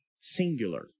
singular